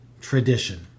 tradition